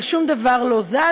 אבל שום דבר לא זז.